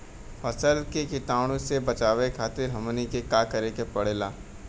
फसल के कीटाणु से बचावे खातिर हमनी के का करे के पड़ेला?